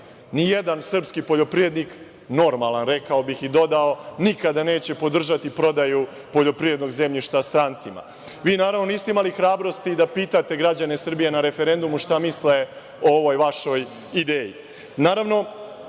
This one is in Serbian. Ni jedan srpski poljoprivrednik, normalan, rekao bih i dodao, nikada neće podržati prodaju poljoprivrednog zemljišta strancima. Vi, naravno, niste imali hrabrosti da pitate građane Srbije na referendumu šta misle o ovoj vašoj